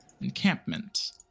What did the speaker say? encampment